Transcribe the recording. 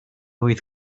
oedd